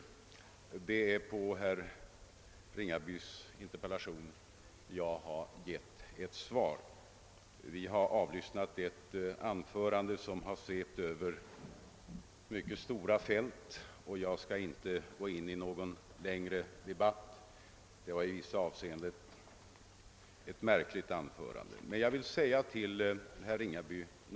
Det är på herr Ringabys interpellation jag givit ett svar. Vi har nu avlyssnat ett anförande som svept över mycket stora fält, och jag skall inte gå in i någon längre debatt med anledning av detta anförande. Det var i vissa avseenden rätt märkligt. Jag vill emellertid framföra några synpunkter till herr Ringaby.